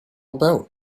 about